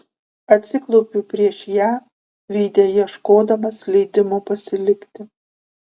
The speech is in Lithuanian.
atsiklaupiu prieš ją veide ieškodamas leidimo pasilikti